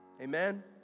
Amen